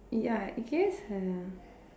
ya it gives a